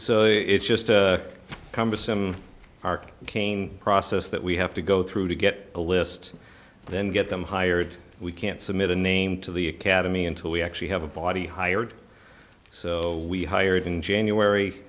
exam it's just a cumbersome arc kain process that we have to go through to get a list then get them hired we can't submit a name to the academy until we actually have a body hired so we hired in january